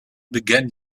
began